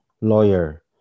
lawyer